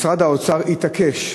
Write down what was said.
משרד האוצר התעקש,